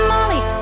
Molly